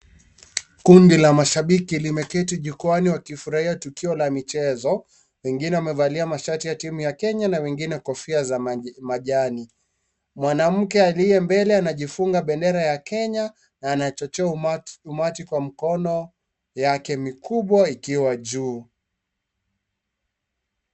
Kundi la mashabiki limeketi jukwaani wakifurahia tukio la michezo. Wengine wamevalia mashati ya timu ya Kenya na wengine kofia za majani. Mwanamke aliyembele anajifunga bendera ya Kenya, na anachocho umati kwa mkono yake mikumbwa ikiwa juu.